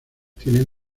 tienen